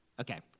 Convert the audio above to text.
Okay